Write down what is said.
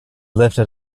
lifted